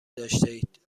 داشتهاید